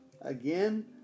Again